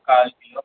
kilo